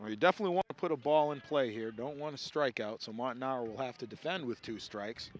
where you definitely want to put a ball in play here don't want to strike out someone will have to defend with two strikes